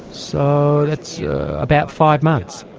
so that's about five months.